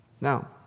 Now